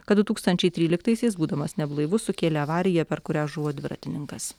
kad du tūkstančiai tryliktaisiais būdamas neblaivus sukėlė avariją per kurią žuvo dviratininkas